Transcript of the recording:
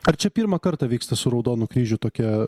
ar čia pirmą kartą vyksta su raudonu kryžiu tokia